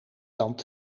tand